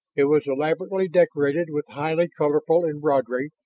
it was elaborately decorated with highly colorful embroidery,